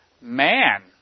man